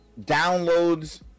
downloads